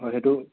হয় সেইটো